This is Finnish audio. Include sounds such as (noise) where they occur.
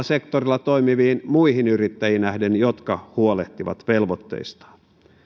(unintelligible) sektorilla toimiviin muihin yrittäjiin nähden jotka huolehtivat velvoitteistaan